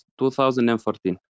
2014